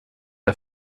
der